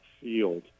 field